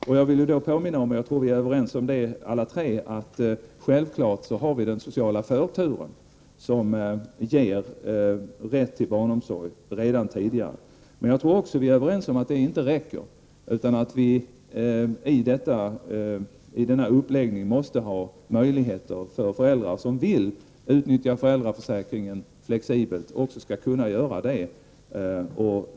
Då vill jag påminna om, vad jag tror att vi är överens om alla tre, att vi självfallet har den sociala förturen som ger rätt till barnomsorg redan tidigare. Men jag tror också att vi är överens om att detta inte räcker, utan att vi i denna uppläggning måste ha möjligheter för de föräldrar som vill utnyttja föräldraförsäkringens flexibilitet att också göra det.